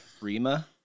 Rima